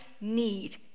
need